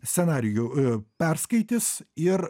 scenarijų perskaitys ir